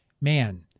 man